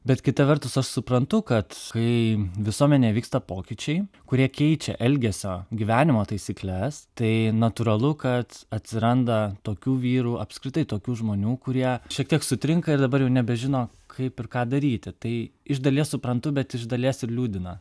bet kita vertus aš suprantu kad kai visuomenėje vyksta pokyčiai kurie keičia elgesio gyvenimo taisykles tai natūralu kad atsiranda tokių vyrų apskritai tokių žmonių kurie šiek tiek sutrinka ir dabar jau nebežino kaip ir ką daryti tai iš dalies suprantu bet iš dalies ir liūdina